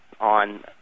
on